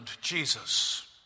Jesus